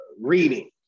reading